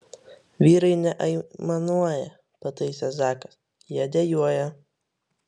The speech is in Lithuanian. vyrai neaimanuoja pataisė zakas jie dejuoja